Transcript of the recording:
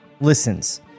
listens